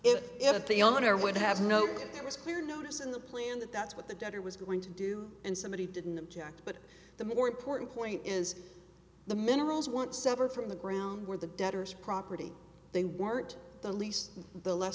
it if the owner would have no it was clear notice in the plan that that's what the debtor was going to do and somebody didn't object but the more important point is the minerals weren't severed from the ground where the debtors property they weren't the least the less